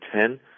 ten